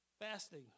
fasting